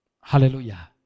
Hallelujah